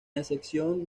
excepción